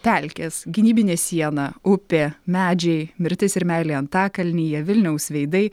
pelkės gynybinė siena upė medžiai mirtis ir meilė antakalnyje vilniaus veidai